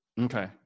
Okay